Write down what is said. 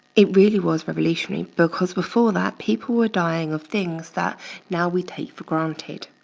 it really was revolutionary because before that, people were dying of things that now we take for granted.